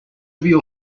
trivial